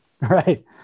right